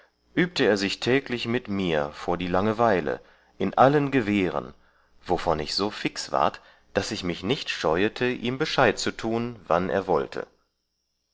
übte er sich täglich mit mir vor die langeweile in allen gewehren wovon ich so fix ward daß ich mich nicht scheuete ihm bescheid zu tun wann er wollte